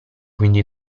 quindi